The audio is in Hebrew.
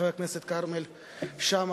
חבר הכנסת כרמל שאמה-הכהן,